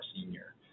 senior